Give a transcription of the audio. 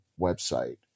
website